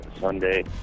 Sunday